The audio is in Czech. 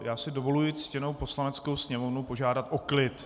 Já si dovoluji ctěnou Poslaneckou sněmovnu požádat o klid.